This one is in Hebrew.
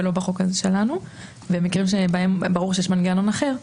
ולא בחוק הזה שלנו; במקרים שבהם ברור שיש מנגנון אחר,